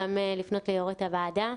גם לפנות ליו"ר הוועדה,